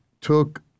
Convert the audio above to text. took